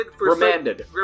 Remanded